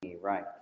right